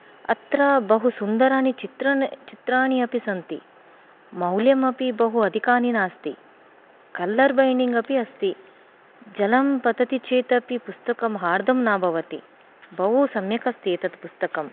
अत्र बहु सुन्दराणि चित्र चित्राणि अपि सन्ति मौल्यम् अपि बहु अधिकानि नास्ति कलर् बैण्डिङ्ग अपि अस्ति जलं पतति चेत् अपि पुस्तकं आर्द्रं न भवति बहु सम्यक् अस्ति एतद् पुस्तकम्